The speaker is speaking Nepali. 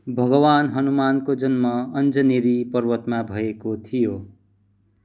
भगवान् हनुमानको जन्म अञ्जनेरी पर्वतमा भएको थियो